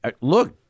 Look